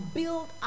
build